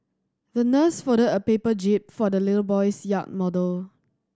the nurse folded a paper jib for the little boy's yacht model